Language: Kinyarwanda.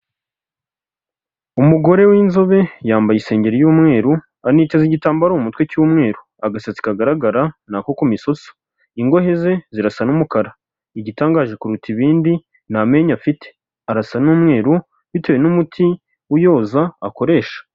Umugore w'inzobe yambaye isengeri y'umweru aniteze igitambaro mu mutwe cy'umweru, agasatsi kagaragara ni ako ku misuso, ingohe ze zirasa n'umukara, igitangaje kuruta ibindi ni amenyo afite, arasa n'umweru bitewe n'umuti uyoza akoresha.